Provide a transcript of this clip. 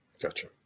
Gotcha